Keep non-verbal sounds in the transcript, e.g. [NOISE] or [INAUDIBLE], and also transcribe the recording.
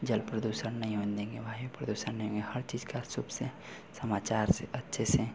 जल प्रदूषण नहीं होन देंगे भाई प्रदूषन नहीं यह हर चीज़ का [UNINTELLIGIBLE] है समाचार से अच्छे से